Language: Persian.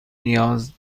نیاز